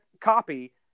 copy